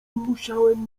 musiałem